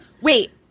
Wait